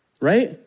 right